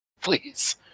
please